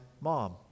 mom